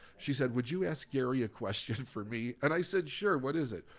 she said, would you ask gary a question for me? and i said, sure, what is it?